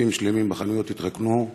מדפים שלמים בחנויות התרוקנו,